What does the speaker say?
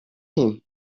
him